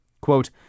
Quote